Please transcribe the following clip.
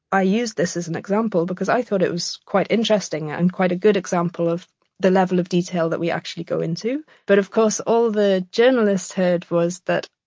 i use this as an example because i thought it was quite interesting and quite a good example of the level of detail that we actually go into. but of course, all the journalists heard was that,